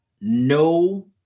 no